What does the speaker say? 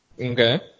Okay